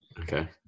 Okay